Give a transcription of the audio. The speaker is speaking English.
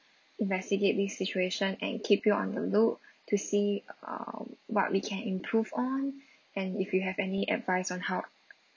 investigate this situation and keep you on the loop to see um what we can improve on and if you have any advice on how